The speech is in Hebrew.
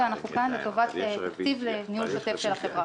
אנחנו כאן לטובת תקציב לניהול שוטף של החברה.